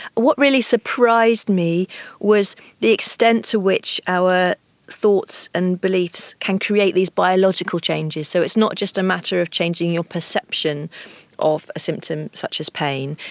what really surprised me was the extent to which our thoughts and beliefs can create these biological changes. so it's not just a matter of changing your perception of a symptom such as pain,